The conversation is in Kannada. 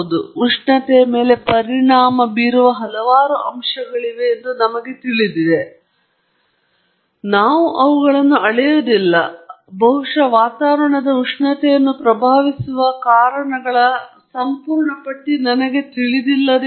ಹೌದು ಉಷ್ಣತೆಯ ಮೇಲೆ ಪರಿಣಾಮ ಬೀರುವ ಹಲವಾರು ಅಂಶಗಳಿವೆ ಎಂದು ನನಗೆ ತಿಳಿದಿದೆ ಆದರೆ ನಾನು ಅವುಗಳನ್ನು ಅಳೆಯುವುದಿಲ್ಲ ಅಥವಾ ಬಹುಶಃ ವಾತಾವರಣದ ಉಷ್ಣತೆಯನ್ನು ಪ್ರಭಾವಿಸುವ ಕಾರಣಗಳ ಸಂಪೂರ್ಣ ಪಟ್ಟಿ ನನಗೆ ತಿಳಿದಿಲ್ಲ